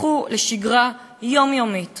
הפכו לשגרה יומיומית